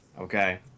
Okay